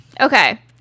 okay